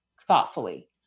thoughtfully